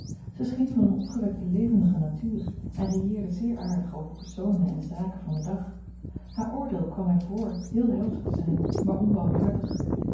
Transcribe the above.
zij scheen van eene opgewekte levendige natuur en railleerde zeer aardig over personen en zaken van den dag haar oordeel kwam mij voor heel helder te zijn maar onbarmhartig